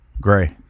Gray